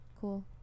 cool